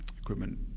equipment